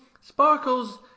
sparkles